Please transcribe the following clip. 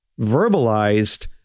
verbalized